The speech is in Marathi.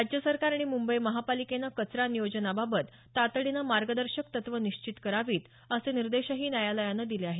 राज्य सरकार आणि मुंबई महापालिकेनं कचरा नियोजनाबाबत तातडीनं मार्गदर्शक तत्वं निश्चित करावीत असे निर्देशही न्यायालयानं दिले आहेत